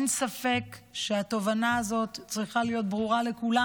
שאין ספק שהתובנה הזאת צריכה להיות ברורה לכולם: